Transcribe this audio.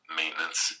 maintenance